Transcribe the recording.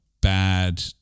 bad